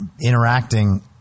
interacting